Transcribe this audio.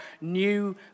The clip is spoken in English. new